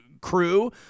crew